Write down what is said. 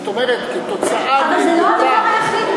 זאת אומרת, כתוצאה מאותה, אבל זה לא הדבר היחיד.